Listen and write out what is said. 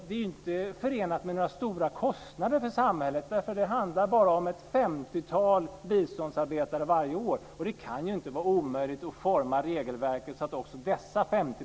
Det är inte förenat med några stora kostnader för samhället, för det handlar bara om ett femtiotal biståndsarbetare varje år. Det kan inte vara omöjligt att forma regelverket så att också dessa 50